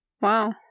wow